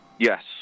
Yes